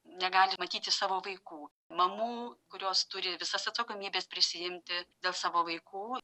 negali matyti savo vaikų mamų kurios turi visas atsakomybes prisiimti dėl savo vaikų